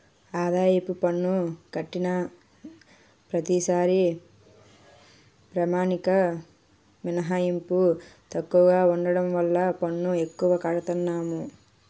ఆదాయపు పన్ను కట్టిన ప్రతిసారీ ప్రామాణిక మినహాయింపు తక్కువగా ఉండడం వల్ల పన్ను ఎక్కువగా కడతన్నాము